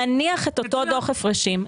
להניח את אותו דוח הפרשים,